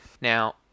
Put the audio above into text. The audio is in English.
Now